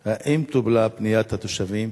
1. האם טופלה פניית התושבים?